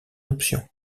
option